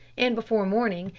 and, before morning,